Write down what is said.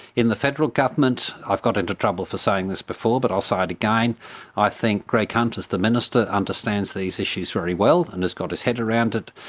in the federal government, i've got into trouble for saying this before, but i'll say it again i think greg hunt as the minister understands these issues very well and has got his head around it,